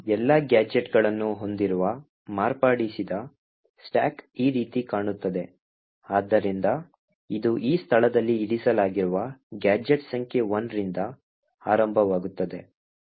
ಎಲ್ಲಾ ಗ್ಯಾಜೆಟ್ಗಳನ್ನು ಹೊಂದಿರುವ ಮಾರ್ಪಡಿಸಿದ ಸ್ಟಾಕ್ ಈ ರೀತಿ ಕಾಣುತ್ತದೆ ಆದ್ದರಿಂದ ಇದು ಈ ಸ್ಥಳದಲ್ಲಿ ಇರಿಸಲಾಗಿರುವ ಗ್ಯಾಜೆಟ್ ಸಂಖ್ಯೆ 1 ರಿಂದ ಆರಂಭವಾಗುತ್ತದೆ